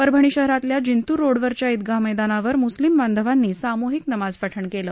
परभणी शहरातल्या जिंतूर रोडवरील ईदगाह मव्वानावर म्स्लिम बांधवांनी सामूहिक नमाज पठण केलं